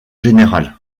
général